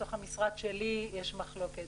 בתוך המשרד שלי יש מחלוקת,